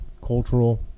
cultural